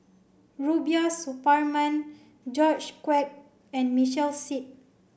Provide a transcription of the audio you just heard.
Rubiah Suparman George Quek and Michael Seet